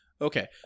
Okay